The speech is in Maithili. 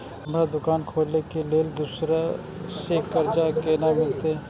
हमरा दुकान खोले के लेल दूसरा से कर्जा केना मिलते?